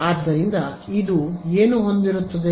ಆದ್ದರಿಂದ ಇದು ಏನು ಹೊಂದಿರುತ್ತದೆ